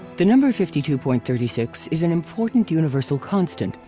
the number fifty two point three six is an important universal constant,